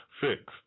fixed